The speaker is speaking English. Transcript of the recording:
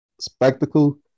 spectacle